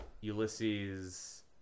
Ulysses